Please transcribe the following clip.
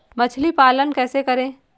मछली पालन कैसे करें?